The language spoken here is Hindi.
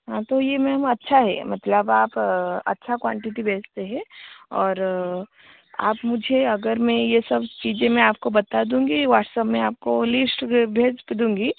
तो यह मैम अच्छा है मतलब आप अच्छा क्वांटिटी बेचते है और आप मुझे अगर मैं यह सब चीज़ें मैं आपको बता दूँगी वाट्सअप में आपको लिस्ट भेज दूँगी